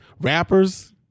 rappers